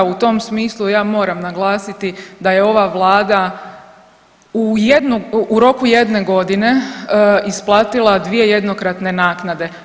U tom smislu ja moram naglasiti da je ova Vlada u jednom, u roku jedne godine isplatila dvije jednokratne naknade.